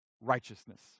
righteousness